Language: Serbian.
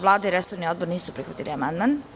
Vlada i resorni odbor nisu prihvatili amandman.